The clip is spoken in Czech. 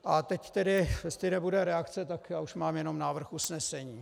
A teď tedy, jestli nebude reakce, tak už mám jenom návrh usnesení.